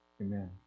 Amen